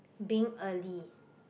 being early